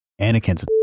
Anakin's